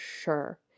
sure